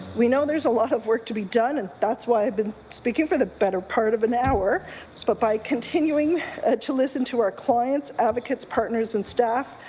we know there's a lot of work to be done and that's why i've been speaking for the better part of an hour but by continuing ah to listen to our clients, advocates, partners and staff,